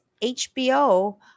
HBO